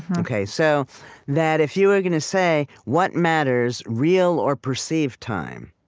ok? so that if you were going to say, what matters, real or perceived time?